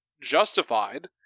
justified